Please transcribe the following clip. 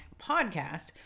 podcast